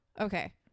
okay